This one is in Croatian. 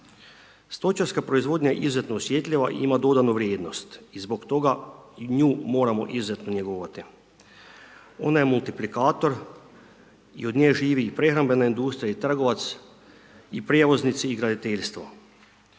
Stočarska proizvodnja je izuzetno osjetljiva i ima dodanu vrijednost i zbog toga nju moramo izuzetno njegovati. Ona je multiplikator i od nje živi i prehrambena industrija i trgovac i prijevoznici i graditeljstvo.